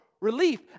relief